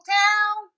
town